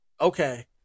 okay